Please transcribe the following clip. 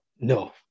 no